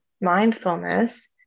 mindfulness